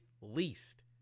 least